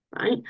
right